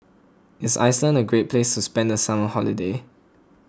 is Iceland a great place to spend the summer holiday